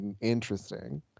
interesting